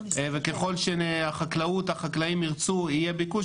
וככל שהחקלאות והחקלאים ירצו ויהיה ביקוש,